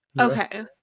Okay